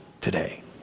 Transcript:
today